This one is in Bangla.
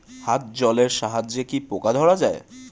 হাত জলের সাহায্যে কি পোকা ধরা যায়?